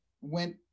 went